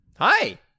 Hi